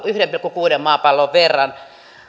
yhden pilkku kuuden maapallon verran